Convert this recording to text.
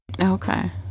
Okay